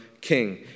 king